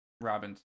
Robin's